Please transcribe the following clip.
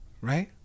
Right